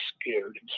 scared